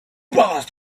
paused